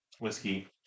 whiskey